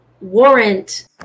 warrant